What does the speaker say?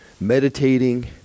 meditating